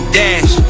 dash